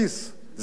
זה בסיס לכולם,